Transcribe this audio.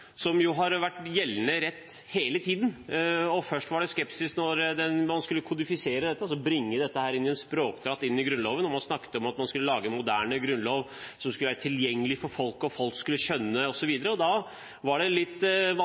som jo har vært gjeldende rett hele tiden. Først var det skepsis da man skulle kodifisere dette, altså bringe dette inn i Grunnloven i en språkdrakt. Man snakket om at man skulle lage en moderne grunnlov som skulle være tilgjengelig for folk, folk skulle skjønne, osv., og da var det litt